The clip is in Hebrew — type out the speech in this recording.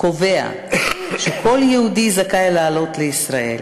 קובע שכל יהודי זכאי לעלות לישראל.